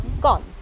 gone